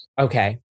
Okay